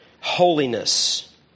holiness